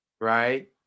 right